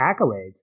accolades